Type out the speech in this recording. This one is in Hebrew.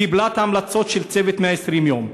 קיבלה את ההמלצות של "צוות 120 הימים".